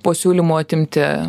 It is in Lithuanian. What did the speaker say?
po siūlymo atimti